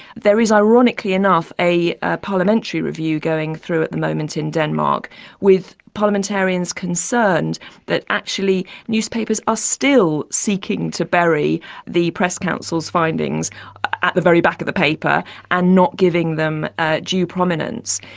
there is, ironically enough, a parliamentary review going through at the moment in denmark with parliamentarians concerned that actually newspapers are still seeking to bury the press council's findings at the very back of the paper and not giving them due prominence.